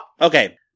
okay